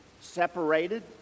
Separated